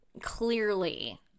clearly